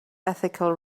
ethical